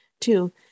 Two